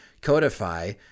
Codify